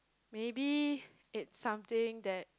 maybe it's something that